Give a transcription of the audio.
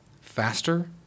faster